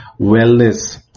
wellness